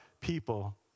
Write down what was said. people